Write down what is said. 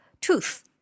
tooth